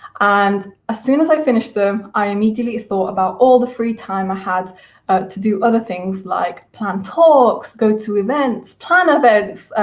and ah soon as i finished them, i immediately thought about all the free time i had to do other things like plan talks, go to events, plan events,